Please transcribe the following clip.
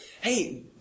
Hey